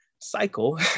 cycle